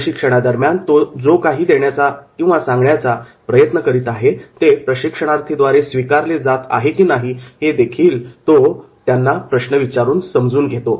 प्रशिक्षणादरम्यान तो जो काही देण्याचा सांगण्याचा प्रयत्न करीत आहे ते प्रशिक्षणार्थीद्वारे स्वीकारले जात आहे का नाही हे देखील तो प्रश्न विचारून समजून घेतो